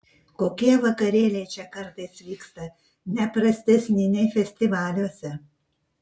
kokie vakarėliai čia kartais vyksta ne prastesni nei festivaliuose